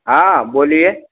हाँ बोलिए